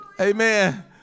Amen